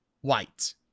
white